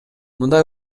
мындай